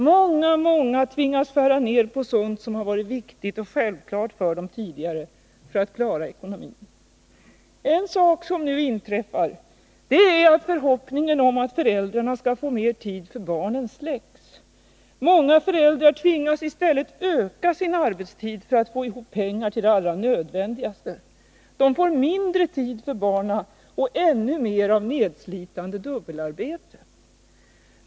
Många, många tvingas skära ned på sådant som varit viktigt och självklart för dem tidigare, för att klara ekonomin. En sak som inträffar är att förhoppningen släcks om att föräldrarna skall få mer tid för barnen. Många föräldrar tvingas i stället öka sin arbetstid för att få ihop pengar till det allra nödvändigaste. De får mindre tid för barnen och ännu mer nedslitande dubbelarbete.